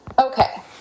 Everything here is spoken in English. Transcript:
Okay